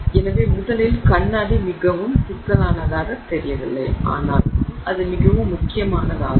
எனவே முதலில் கண்ணாடி மிகவும் சிக்கலானதாகத் தெரியவில்லை ஆனால் அது மிகவும் முக்கியமானதாகும்